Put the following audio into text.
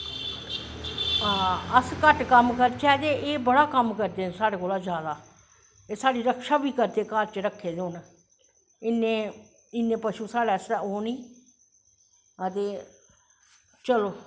हां अस घट्ट कम्म करचै ते एह् बड़ा कम्म करदे न साढ़ै केला दा एह् साढ़ी रक्षी बी करदे घर च रक्खे दे होन इन्नें पशु साढ़ै आस्तै ओह् नी अदे चलो